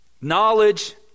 Knowledge